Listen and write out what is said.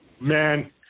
Man